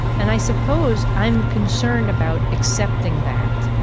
and i suppose i'm concerned about accepting that